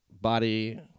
body